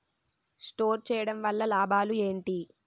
Store చేయడం వల్ల లాభాలు ఏంటి?